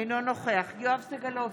אינו נוכח יואב סגלוביץ'